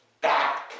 back